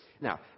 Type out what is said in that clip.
Now